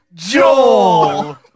Joel